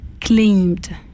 Claimed